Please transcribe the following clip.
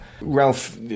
Ralph